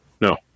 No